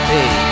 Hey